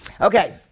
Okay